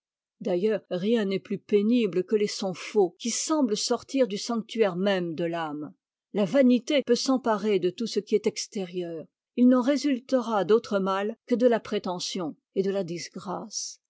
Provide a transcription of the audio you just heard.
d'ailleurs rien n'est plus pénible que les sons faux qui semblent sortir du sanctuaire même de l'âme la vanité peut s'emparer de tout ce qui est extérieur il n'en résultera d'autre mal que de la prétention et de la disgrâce